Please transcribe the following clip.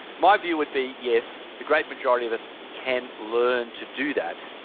my view would be, yes, the great majority of us can learn to do that.